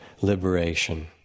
liberation